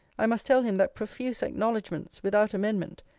i must tell him, that profuse acknowledgements, without amendment,